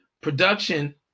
production